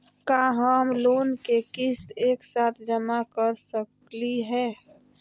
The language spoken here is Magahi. का हम लोन के किस्त एक साथ जमा कर सकली हे?